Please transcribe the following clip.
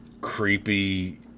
creepy